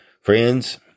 Friends